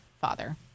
Father